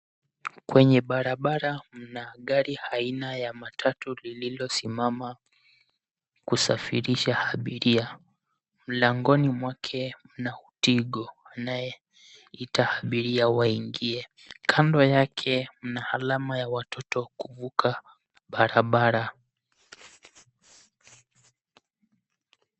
Kwenye barabara mna gari aina ya matatu, lililosimama kusafirisha abiria. Mlangoni mwake, mna utingo anayeita abiria waingie kando yake mna alama ya watoto kuvuka barabara.